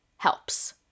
helps